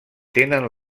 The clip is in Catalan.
tenen